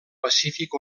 pacífic